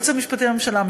היועץ המשפטי לממשלה,